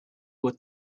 what